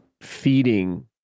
feeding